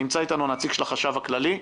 נמצא איתנו הנציג של החשב הכללי,